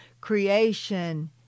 creation